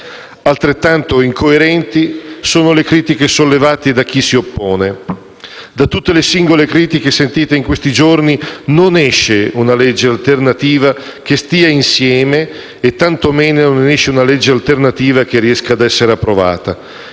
Altrettanto incoerenti sono le critiche sollevate da chi si oppone. Da tutte le singole critiche sentite in questi giorni non esce una legge alternativa che stia insieme e tanto meno che riesca ad essere approvata: